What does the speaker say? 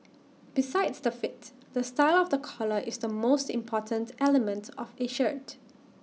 besides the fit the style of the collar is the most important element of A shirt